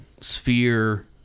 sphere